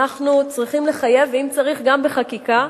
אנחנו צריכים לחייב, ואם צריך, גם בחקיקה,